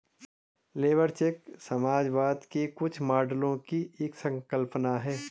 labour cheque समाजवाद के कुछ मॉडलों की एक संकल्पना है